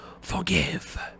forgive